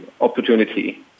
opportunity